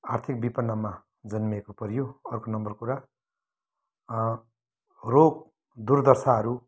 आर्थिक बिपन्नमा जन्मेको परियो अर्को नम्बर कुरा रोग दुर्दशाहरू